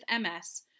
MS